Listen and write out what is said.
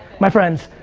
my friends,